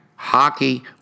Hockey